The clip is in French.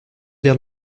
vers